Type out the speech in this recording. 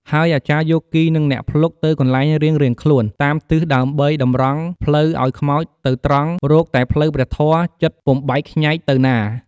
ហើយអាចារ្យយោគីនិងអ្នកភ្លុកទៅកន្លែងរៀងៗខ្លួនតាមទិសដើម្បីតម្រង់ផ្លូវឲ្យខ្មោចទៅត្រង់រកតែផ្លូវព្រះធម៌ ចិត្តពុំបែកខ្ញែកទៅណា។